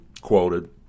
quoted